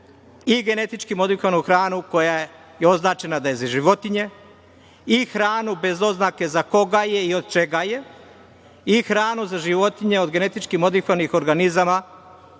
i genetički modifikovanu hranu koja je označena da je za životinje i hranu bez oznake za koga je i od čega je i hranu za životinje od genetički modifikovanih organizama.